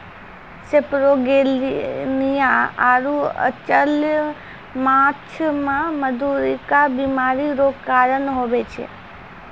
सेपरोगेलनिया आरु अचल्य माछ मे मधुरिका बीमारी रो कारण हुवै छै